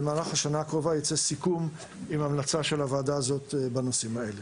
במהלך השנה הקרובה ייצא סיכום עם המלצה של הוועדה הזאת בנושאים האלה.